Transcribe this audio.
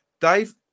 dave